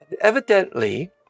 evidently